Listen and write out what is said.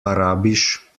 arabisch